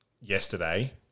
yesterday